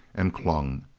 and clung.